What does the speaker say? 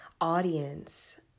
audience